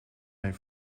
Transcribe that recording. mijn